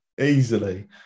Easily